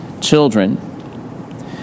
children